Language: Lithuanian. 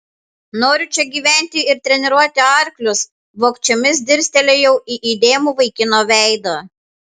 noriu čia gyventi ir treniruoti arklius vogčiomis dirstelėjau į įdėmų vaikino veidą